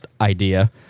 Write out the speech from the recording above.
idea